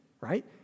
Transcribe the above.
right